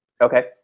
Okay